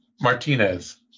Martinez